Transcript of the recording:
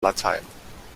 latein